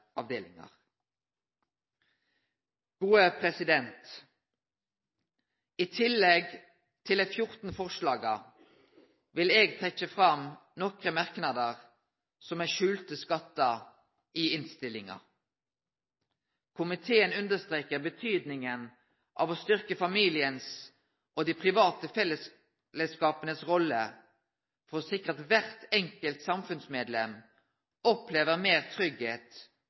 I tillegg til dei 14 forslaga til vedtak vil eg trekkje fram nokre merknader i innstillinga som er skjulte skattar: «Komiteen understreker betydningen av å styrke familiens og de private fellesskapenes rolle for å sikre at hvert enkelt samfunnsmedlem opplever mer trygghet